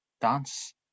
Dance